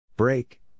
Break